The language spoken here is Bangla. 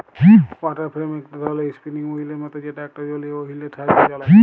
ওয়াটার ফ্রেম একটো ধরণের স্পিনিং ওহীলের মত যেটা একটা জলীয় ওহীল এর সাহায্যে চলেক